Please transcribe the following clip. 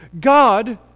God